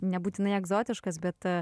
nebūtinai egzotiškas bet